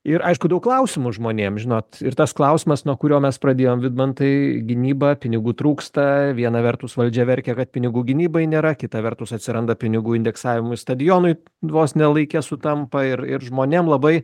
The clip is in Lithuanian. ir aišku daug klausimų žmonėm žinot ir tas klausimas nuo kurio mes pradėjom vidmantai gynyba pinigų trūksta viena vertus valdžia verkia kad pinigų gynybai nėra kita vertus atsiranda pinigų indeksavimui stadionui vos ne laike sutampa ir ir žmonėm labai